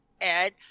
Ed